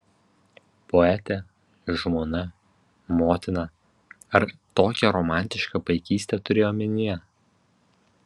poetė žmona motina ar tokią romantišką paikystę turėjai omenyje